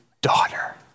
daughter